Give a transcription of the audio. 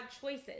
choices